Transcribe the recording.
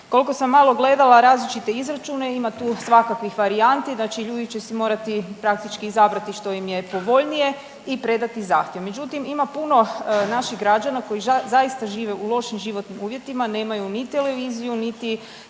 Koliko sam malo gledala različite izračune, ima tu svakakvih varijanti, znači ljudi će si morati praktički izabrati što im je povoljnije i predati zahtjev. Međutim, ima puno naših građana koji zaista žive u lošim životnim uvjetima, nemaju ni televiziju ni